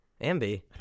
Ambi